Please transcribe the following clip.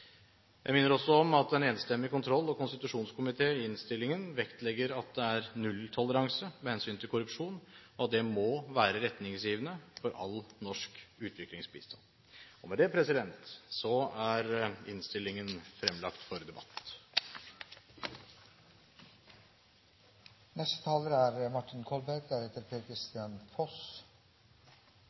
Jeg minner også om at en enstemmig kontroll- og konstitusjonskomité i innstillingen vektlegger at det er nulltoleranse med hensyn til korrupsjon, og at det må være retningsgivende for all norsk utviklingsbistand. Med dette er innstillingen fremlagt for debatt. Det er riktig som det framkommer av saksordførerens innlegg, at det er